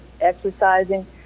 exercising